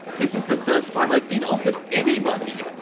this is the first time i've been offered any money,